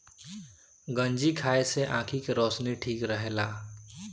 गंजी खाए से आंखी के रौशनी ठीक रहेला